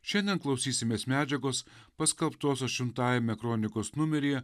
šiandien klausysimės medžiagos paskelbtosios šimtajame kronikos numeryje